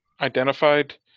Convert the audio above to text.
identified